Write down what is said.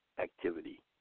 activity